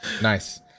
Nice